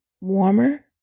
Warmer